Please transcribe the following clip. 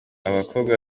abakobwa